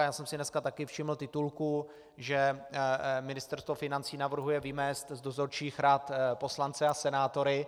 Já jsem si dneska taky všiml titulku, že Ministerstvo financí navrhuje vymést z dozorčích rad poslance a senátory.